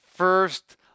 First